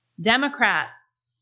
Democrats